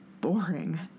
boring